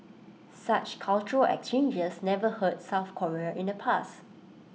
such cultural exchanges never hurt south Korea in the past